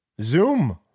Zoom